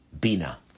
bina